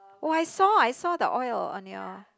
oh I saw I saw the oil on your